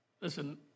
listen